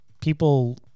people